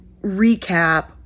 recap